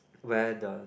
where the